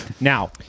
Now